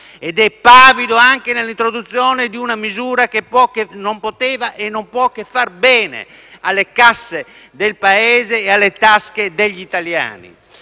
lo è anche nell'introduzione di una misura che non poteva e non può che far bene alle casse del Paese e alle tasche degli italiani.